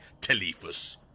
Telephus